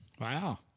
Wow